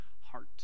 heart